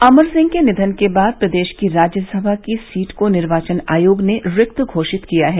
अमर सिंह के निधन के बाद प्रदेश की राज्यसभा की सीट को निर्वाचन आयोग ने रिक्त घोषित किया है